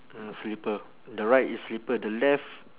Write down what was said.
mm slipper the right is slipper the left